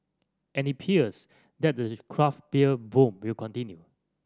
and it appears that the craft beer boom will continue